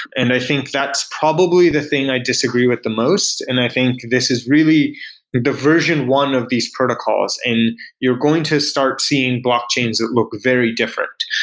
and i think that's probably the thing i disagree with the most and i think this is really the version one of these protocols and you're going to start seeing blockchains that look very different.